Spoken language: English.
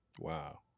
wow